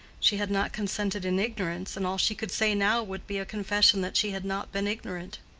she had not consented in ignorance, and all she could say now would be a confession that she had not been ignorant.